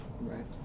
Right